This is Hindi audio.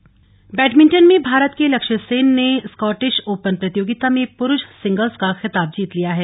लक्ष्य सेन बैडमिंटन में भारत के लक्ष्य सेन ने स्कॉटिश ओपन प्रतियोगिता में प्ररूष सिंगल्स का खिताब जीत लिया है